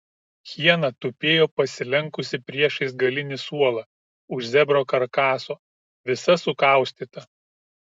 hiena tupėjo pasilenkusi priešais galinį suolą už zebro karkaso visa sukaustyta